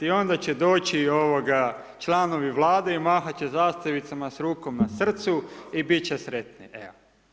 I onda će doći, ovoga, članovi Vlade i mahati će zastavicama s rukom na srcu i biti će sretni, evo.